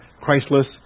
Christless